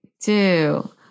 two